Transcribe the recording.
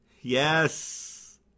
Yes